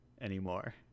anymore